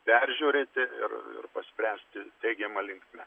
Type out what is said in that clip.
peržiūrėti ir ir paspręsti teigiama linkme